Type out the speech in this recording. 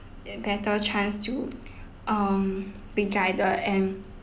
a better chance to um be guided and